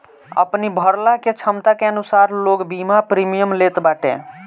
अपनी भरला के छमता के अनुसार लोग बीमा प्रीमियम लेत बाटे